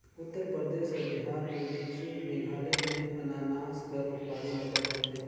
उत्तर परदेस अउ बिहार में लीची, मेघालय में अनानास कर उत्पादन अब्बड़ होथे